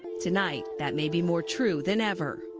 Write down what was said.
tonight, that may be more true than ever.